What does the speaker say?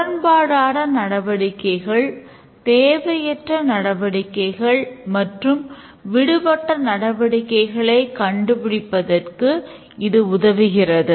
முரண்பாடான நடவடிக்கைகள் தேவையற்ற நடவடிக்கைகள் மற்றும் விடுபட்ட நடவடிக்கைகளை கண்டுபிடிப்பதற்கும் இது உதவுகிறது